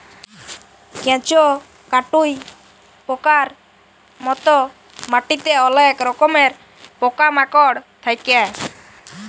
কেঁচ, কাটুই পকার মত মাটিতে অলেক রকমের পকা মাকড় থাক্যে